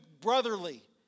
brotherly